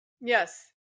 Yes